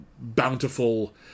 bountiful